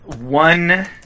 one